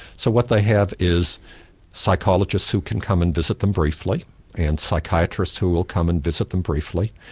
so what they have is psychologists who can come and visit them briefly and psychiatrists who will come and visit them briefly,